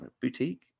boutique